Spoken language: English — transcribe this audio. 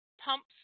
Pumps